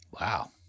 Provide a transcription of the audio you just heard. Wow